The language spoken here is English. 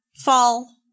Fall